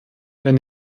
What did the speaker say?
wenn